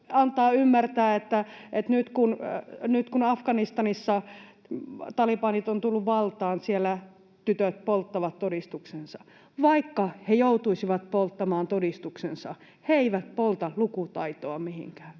antaa ymmärtää, että nyt kun Afganistanissa talibanit ovat tulleet valtaan, siellä tytöt polttavat todistuksensa. Vaikka he joutuisivat polttamaan todistuksensa, he eivät polta lukutaitoaan mihinkään.